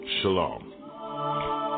Shalom